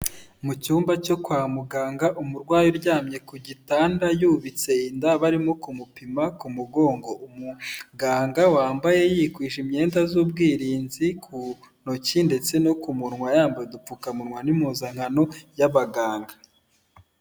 Mu cyumba cyo kwa muganga umurwayi uryamye ku gitanda yubitse inda barimo kumupima ku mugongo, umuganga wambaye yikwije imyenda z'ubwirinzi ku ntoki ndetse no ku munwa yambaye udupfukamunwa n'impuzankano y'abaganga.